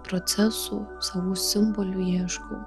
procesų savų simbolių ieškau